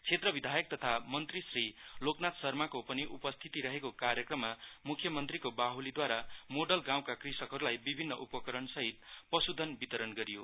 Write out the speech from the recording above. क्षेत्र विधायक तथा मन्त्री श्री लोकनाथ शर्माको पनि उपस्थिती रहेको कार्यक्रममा म्ख्यमन्त्रीको बाह्लिद्वारा मोडल गाँउका कृषिकलाई विभिन्न उपकरण सहित पश्धन वितरण गरियो